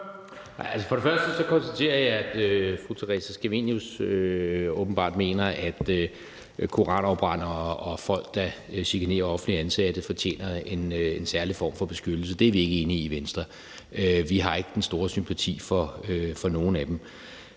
og fremmest konstaterer jeg, at fru Theresa Scavenius åbenbart mener, at koranafbrændere og folk, der chikanerer offentligt ansatte, fortjener en særlig form for beskyttelse. Det er vi ikke enige i i Venstre. Vi har ikke den store sympati for nogen af dem.